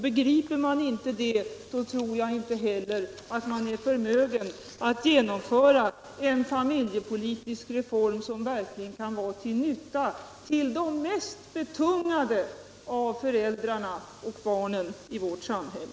Begriper man inte det, så tror jag inte heller att man är förmögen att genomföra en familjepolitisk reform som verkligen är till nytta för de mest betungade föräldrarna och barnen i vårt samhälle.